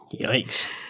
Yikes